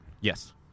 Yes